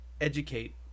educate